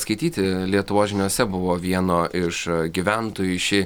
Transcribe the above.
skaityti lietuvos žiniose buvo vieno iš gyventojų išė